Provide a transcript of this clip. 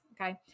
Okay